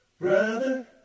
Brother